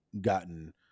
gotten